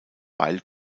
weil